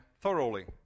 thoroughly